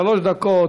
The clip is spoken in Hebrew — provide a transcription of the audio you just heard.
שלוש דקות,